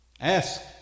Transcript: Ask